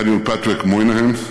דניאל פטריק מויניהאן,